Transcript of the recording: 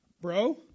bro